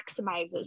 maximizes